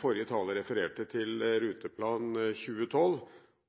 Forrige taler refererte til rute og plan for 2012,